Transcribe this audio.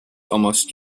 almost